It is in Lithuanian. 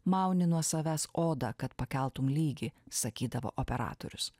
mauni nuo savęs odą kad pakeltum lygį sakydavo operatorius